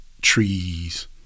trees